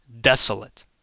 desolate